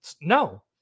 No